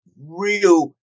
real